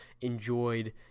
enjoyed